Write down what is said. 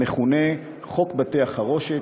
המכונה "חוק בתי-החרושת",